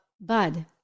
Bud